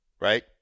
right